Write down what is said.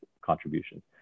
contributions